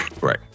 Right